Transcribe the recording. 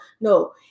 No